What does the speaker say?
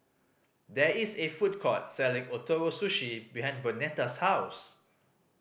there is a food court selling Ootoro Sushi behind Vonetta's house